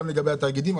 גם לגבי התאגידים.